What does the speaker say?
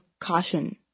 caution